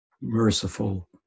merciful